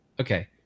okay